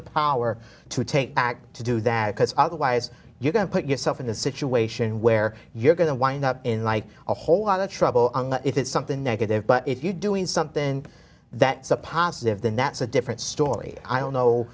the power to take action to do that because otherwise you're going to put yourself in a situation where you're going to wind up in like a whole lot of trouble if it's something negative but if you doing something that's a positive then that's a different story i don't know